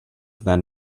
then